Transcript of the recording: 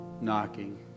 knocking